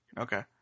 Okay